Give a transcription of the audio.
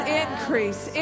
increase